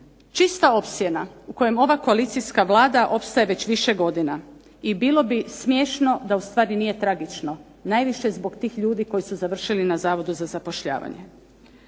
čista opsjena u kojem ova koalicijska vlada opstaje već više godina i bilo bi smiješno da ustvari nije tragično najviše zbog tih ljudi koji su završili na Zavodu za zapošljavanje.